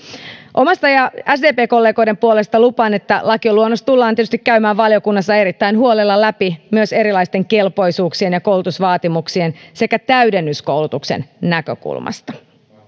omasta ja sdp kollegoiden puolesta lupaan että lakiluonnos tullaan tietysti käymään valiokunnassa erittäin huolella läpi myös erilaisten kelpoisuuksien ja koulutusvaatimuksien sekä täydennyskoulutuksen näkökulmasta